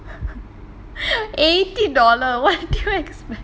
eighty dollar what did you expect